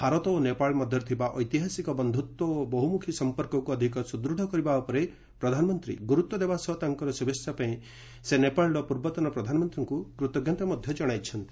ଭାରତ ଓ ନେପାଳ ମଧ୍ୟରେ ଥିବା ଐତିହାସିକ ବନ୍ଧୁତ୍ୱ ଓ ବହୁମୁଖୀ ସମ୍ପର୍କକୁ ଅଧିକ ସୁଦୃଢ଼ କରିବା ଉପରେ ପ୍ରଧାନମନ୍ତ୍ରୀ ଗୁରୁତ୍ୱ ଦେବା ସହ ତାଙ୍କର ଶୁଭେଚ୍ଛା ପାଇଁ ସେ ନେପାଳର ପୂର୍ବତନ ପ୍ରଧାନମନ୍ତ୍ରୀଙ୍କୁ କୃତଜ୍ଞତା ଜଣାଇଛନ୍ତି